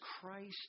Christ